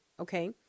Okay